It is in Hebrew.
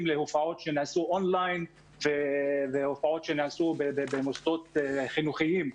להופעות שנעשו און-ליין ולהופעות במוסדות חינוכיים.